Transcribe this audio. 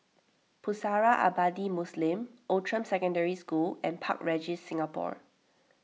Pusara Abadi Muslim Outram Secondary School and Park Regis Singapore